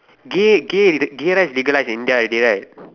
gay gay the gay rights legalize in India already right